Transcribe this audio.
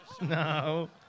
No